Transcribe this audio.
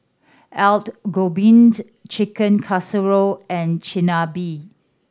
Gobi Chicken Casserole and Chigenabe